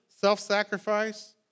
self-sacrifice